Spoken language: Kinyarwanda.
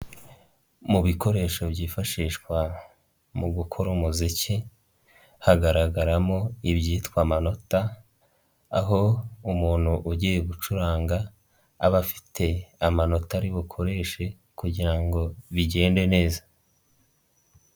Mu bikoresho byifashishwa mu gukora umuziki, hagaragaramo ibyitwa amananota aho umuntu ugiye gucuranga aba afite amanota aribukoreshe kugira ngo bigende neza.